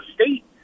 state